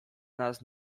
nas